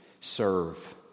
serve